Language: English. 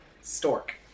Stork